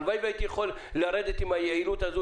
הלוואי שהייתי יכול לרדת עם היעילות הזו,